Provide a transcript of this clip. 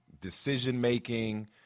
decision-making